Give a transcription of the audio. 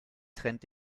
trennt